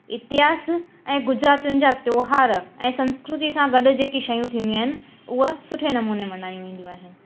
इतिहास ऐं गुजरातियुन जा त्योहार ऐं संस्कृति सां गॾु जेकी शयूं थींदियूं आहिनि उहे सुठे नमूने मल्हाई वेंदियूं आहिनि